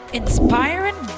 inspiring